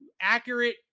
accurate